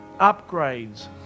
upgrades